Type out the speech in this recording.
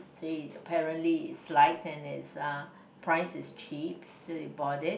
hey apparently it's light and it's uh the price is cheap so we bought it